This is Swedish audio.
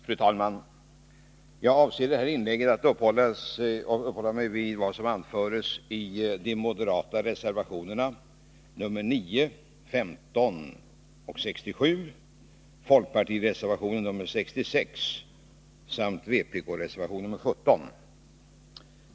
Fru talman! Jag avser att i mitt inlägg uppehålla mig vid vad som anförs i de moderata reservationerna nr 9, 15 och 67, folkpartireservationen nr 66 samt vpk-reservationen nr 17.